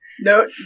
No